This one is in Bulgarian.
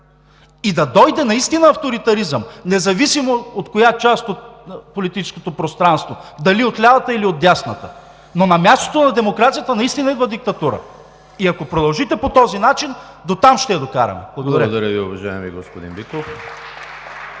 И да дойде наистина авторитаризъм, независимо от коя част от политическото пространство – дали от лявата, или от дясната. Но на мястото на демокрацията наистина идва диктатура. И ако продължите по този начин, дотам ще я докараме! Благодаря. (Ръкопляскания от